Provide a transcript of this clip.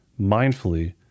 mindfully